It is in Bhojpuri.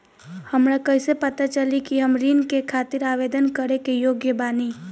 हमरा कइसे पता चली कि हम ऋण के खातिर आवेदन करे के योग्य बानी?